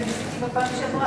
אני ניסיתי בפעם שעברה.